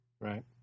Right